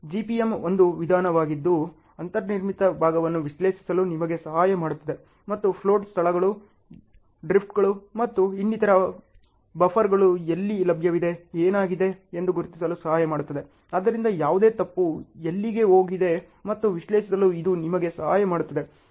GPMGPM ಒಂದು ವಿಧಾನವಾಗಿದ್ದು ಅಂತರ್ನಿರ್ಮಿತ ಭಾಗವನ್ನು ವಿಶ್ಲೇಷಿಸಲು ನಿಮಗೆ ಸಹಾಯ ಮಾಡುತ್ತದೆ ಮತ್ತು ಫ್ಲೋಟ್ ಸ್ಥಳಗಳು ಡ್ರಿಫ್ಟ್ಗಳು ಮತ್ತು ಇನ್ನಿತರ ಬಫರ್ಗಳು ಎಲ್ಲಿ ಲಭ್ಯವಿವೆ ಏನಾಗಿದೆ ಎಂದು ಗುರುತಿಸಲು ಸಹಾಯ ಮಾಡುತ್ತದೆ ಆದ್ದರಿಂದ ಯಾವುದೇ ತಪ್ಪು ಎಲ್ಲಿಗೆ ಹೋಗಿದೆ ಮತ್ತು ವಿಶ್ಲೇಷಿಸಲು ಇದು ನಿಮಗೆ ಸಹಾಯ ಮಾಡುತ್ತದೆ